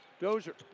Dozier